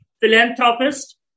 Philanthropist